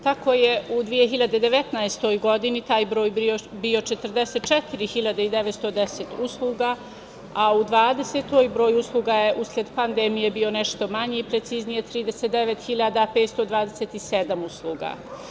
Tako je u 2019. godini taj broj je bio 44.910 usluga, a u 2020. godini broj usluga je usled pandemije bio nešto manji, prezicnije 39.527 usluga.